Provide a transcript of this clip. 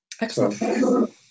Excellent